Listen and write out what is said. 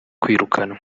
kwirukanwa